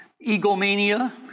egomania